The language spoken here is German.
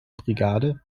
brigade